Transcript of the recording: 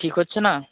ঠিক হচ্ছে না